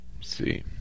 See